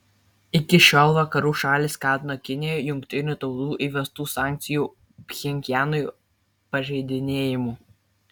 iki šiol vakarų šalys kaltino kiniją jungtinių tautų įvestų sankcijų pchenjanui pažeidinėjimu